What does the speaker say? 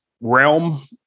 realm